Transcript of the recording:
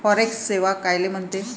Forex सेवा कायले म्हनते?